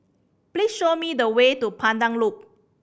please show me the way to Pandan Loop